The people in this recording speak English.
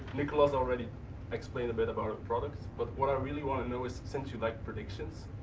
nicholas already explained a bit about the product, but what i really want to know is since you like predictions,